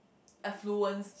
affluence